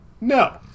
No